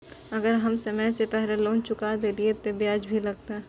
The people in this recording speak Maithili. अगर हम समय से पहले लोन चुका देलीय ते ब्याज भी लगते?